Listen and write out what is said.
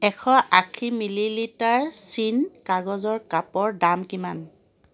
এশ আশী millilitre চিন কাগজৰ কাপৰ দাম কিমান